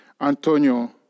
Antonio